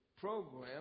program